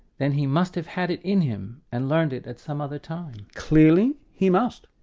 then he must have had it in him and learnt it at some other time. clearly, he must.